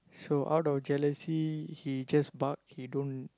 so out of jealousy he just bark he don't